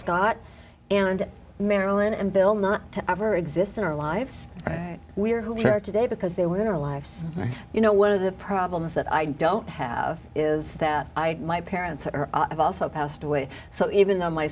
scott and marilyn and bill not to ever exist in our lives we are who we are today because they were in their lives you know one of the problems that i don't have is that i my parents are also passed away so even though my